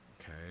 Okay